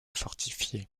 fortifiée